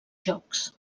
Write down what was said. jocs